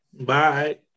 Bye